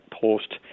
post